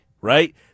right